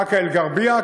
באקה-אלע'רביה,